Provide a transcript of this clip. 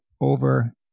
over